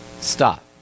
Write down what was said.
Stop